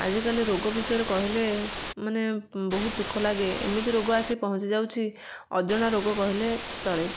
ଆଜିକାଲି ରୋଗ ବିଷୟରେ କହିଲେ ମାନେ ବହୁତ ଦୁଃଖ ଲାଗେ ଏମିତି ରୋଗ ଆସିକି ପହଞ୍ଚି ଯାଉଛି ଅଜଣା ରୋଗ କହିଲେ ଚଳେ